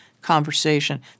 conversation